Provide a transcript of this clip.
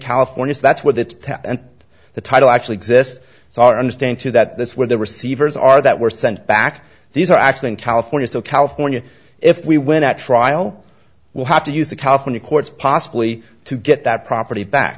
california so that's where that the title actually exists so our understand to that this where the receivers are that were sent back these are actually in california so california if we win at trial will have to use the california courts possibly to get that property back